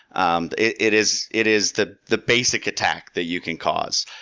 and it is it is the the basic attack that you can cause.